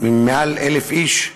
יותר מ-1,000 איש,